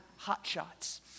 Hotshots